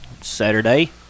Saturday